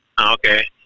Okay